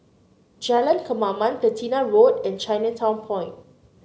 Jalan Kemaman Platina Road and Chinatown Point